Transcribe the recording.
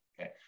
okay